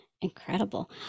Incredible